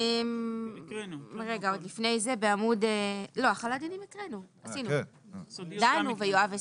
החלת דנים הקראנו, דנו ויואב הסביר.